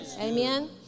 Amen